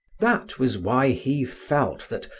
that was why he felt that,